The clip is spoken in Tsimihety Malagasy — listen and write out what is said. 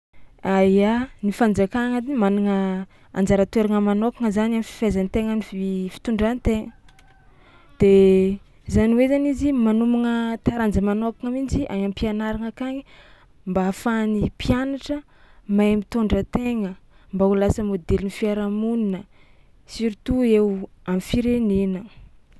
A ia, ny fanjakagna edy managna anjara toeragna manôkagna zany am'fifehezan-tegna am'fi- fitondran-tegna de zany hoe zany izy magnomagna taranja manôkagna mihitsy am-pianaragna akagny mba ahafahan'ny mpianatra mahay mitôndra tegna, mba ho lasa môdelin'ny firaharamonina surtout eo am'firenena.